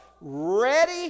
ready